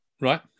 right